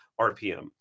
RPM